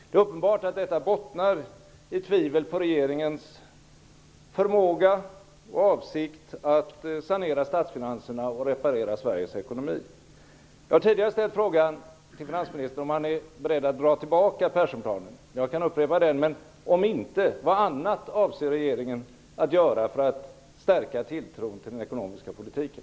Det är uppenbart att detta bottnar i tvivel på regeringens förmåga och avsikt att sanera statsfinanserna och reparera Sveriges ekonomi. Jag har tidigare ställt frågan till finansministern om han är beredd att dra tillbaka Perssonplanen. Jag kan upprepa den, men om finansministern inte är beredd till detta, vad annat avser regeringen att göra för att stärka tilltron till den ekonomiska politiken?